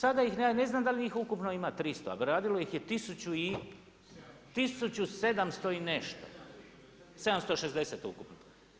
Sada ih, ja ne znam da li ih ukupno ima 300 a gradilo ih je 1700 i nešto, 760 ukupno.